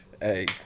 Hey